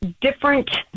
different